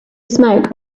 smoke